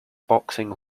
boxing